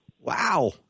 wow